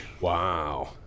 Wow